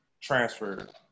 transferred